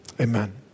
Amen